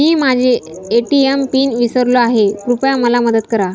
मी माझा ATM pin विसरलो आहे, कृपया मला मदत करा